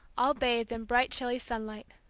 all bathed in bright chilly sunlight.